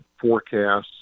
forecasts